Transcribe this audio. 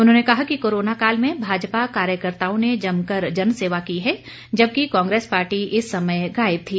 उन्होंने कहा कि कारोनो काल में भाजपा कार्यकर्ताओं ने जमकर जन सेवा की है जबकि कांग्रेस पार्टी इस समय गायब थी